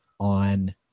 on